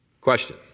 Question